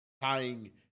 tying